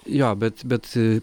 jo bet bet